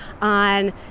on